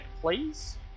please